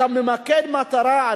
אתה ממקד מטרה.